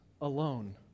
alone